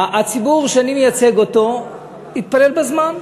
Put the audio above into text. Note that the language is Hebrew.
הציבור שאני מייצג יתפלל בזמן.